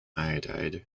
iodide